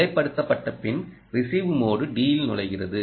நிலைப்படுத்தப்பட்ட பின் receive mode d ல் நுழைகிறது